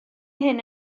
hyn